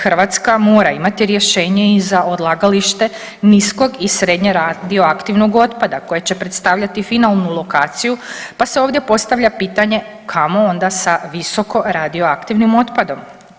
Hrvatska mora imati rješenje i za odlagalište niskog i srednjeradioaktivnog otpada koje će predstavljati finalnu lokaciju, pa se ovdje postavlja pitanje kamo onda sa visokoradioaktivnim otpadom?